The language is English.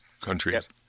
countries